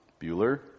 Bueller